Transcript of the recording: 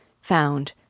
found